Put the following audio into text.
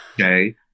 okay